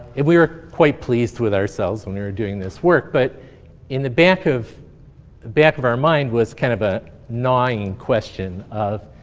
we were quite pleased with ourselves and we are doing this work. but in the back of back of our mind was kind of a gnawing question of,